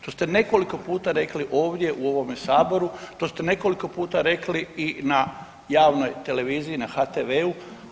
To ste nekoliko puta rekli ovdje u ovome saboru, to ste nekoliko puta rekli i na javnoj televiziji na HTV-u.